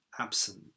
absent